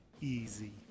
easy